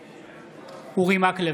נגד אורי מקלב,